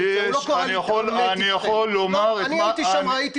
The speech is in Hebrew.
הוא לא קורא להתעמת איתכם.